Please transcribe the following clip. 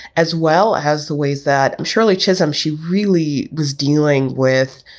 as well as the ways that shirley chisholm, she really was dealing with,